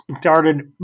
started